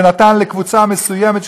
ונתן לקבוצה מסוימת,